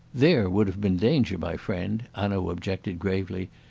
there would have been danger, my friend, hanaud objected gravely,